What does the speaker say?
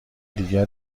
دیگر